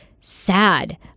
sad